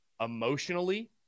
emotionally